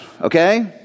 okay